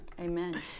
Amen